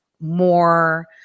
more